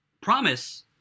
promise